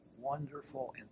wonderful